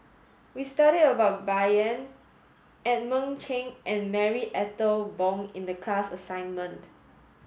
we studied about Bai Yan Edmund Cheng and Marie Ethel Bong in the class assignment